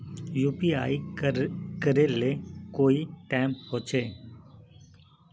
UPI करे ले कोई टाइम होचे?